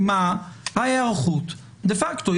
מה ההיערכות דה-פקטו?